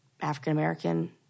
African-American